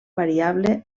variable